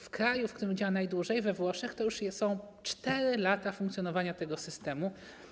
W kraju, w którym działa najdłużej, we Włoszech, to już są 4 lata funkcjonowania tego systemu.